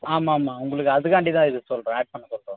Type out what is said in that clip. ஆமாம்மா உங்களுக்கு அதற்காண்டி தான் இதை சொல்லுறேன் ஆட் பண்ண சொல்லுறேன்